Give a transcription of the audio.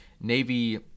Navy